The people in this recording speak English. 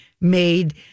made